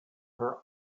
her